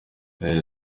yagize